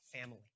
family